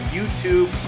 YouTube